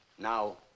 Now